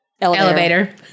Elevator